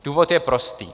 Důvod je prostý.